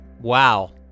Wow